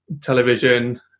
television